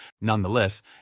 Nonetheless